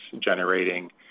generating